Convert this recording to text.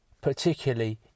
particularly